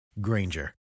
Granger